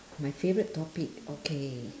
my favourite topic okay